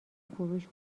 فروش